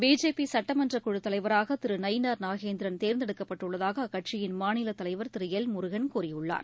பிஜேபிசட்டமன்ற குழு தலைவராகதிருநயினார் நாகேந்திரன் தேர்ந்தெடுக்கப்பட்டுள்ளதாகஅக்கட்சியின் மாநிலத்தலைவர் திருஎல் முருகன் கூறியுள்ளார்